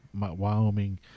Wyoming